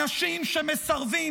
אנשים שמסרבים,